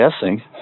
guessing